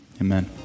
Amen